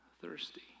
thirsty